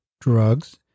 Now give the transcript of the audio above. drugs